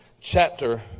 chapter